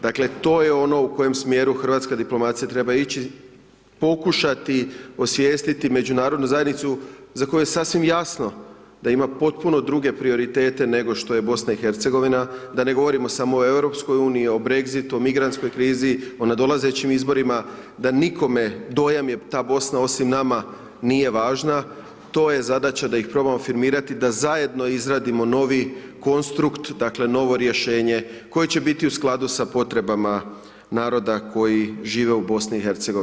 Dakle, to je ono u kojem smjeru hrvatska diplomacija treba ići, pokušati osvijestiti Međunarodnu zajednicu za koju je sasvim jasno da ima potpuno prioritete nego što je BiH, da ne govorimo samo o EU, o Brexitu, migrantskoj krizi, o nadolazećim izborima, da nikome, dojam je ta Bosna, osim nama, nije važna, to je zadaća da ih probamo afirmirati da zajedno izradimo novi konstrukt, dakle, novo rješenje koje će biti u skladu sa potrebama naroda koji žive u BiH.